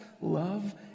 love